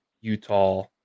Utah